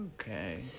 Okay